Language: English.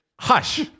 Hush